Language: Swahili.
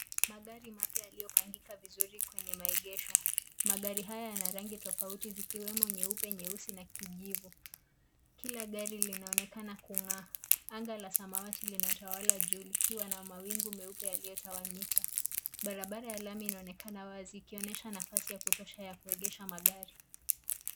Magari mapya yaliyopangika vizuri kwenye maegesho. Magari haya yana rangi tofauti zikiwemo nyeupe, nyeusi na kijivu. Kila gari linaonekana kung'aa. Anga la samawati linatawala juu likiwa na mawingu meupe yaliyotawanyika. Barabara ya lami inaonekana wazi ikionyesha nafasi ya kutosha ya kuegesha magari.